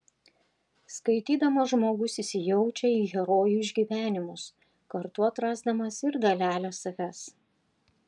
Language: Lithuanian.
skaitydamas žmogus įsijaučia į herojų išgyvenimus kartu atrasdamas ir dalelę savęs